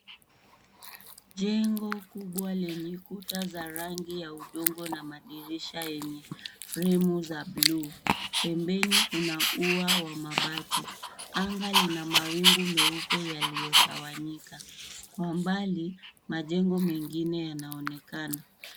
Jengo kubwa lenye kuta za rangi ya udongo na madirisha yenye fremu za buluu. Pembeni kuna ua wa mabati. Anga lina mawingu meupe yaliyotawanyika. Kwa mbali majengo mengine yanaonekana.